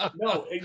no